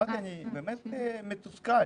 אמרתי שאני באמת מתוסכל,